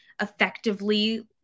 effectively